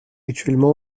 actuellement